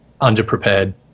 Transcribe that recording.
underprepared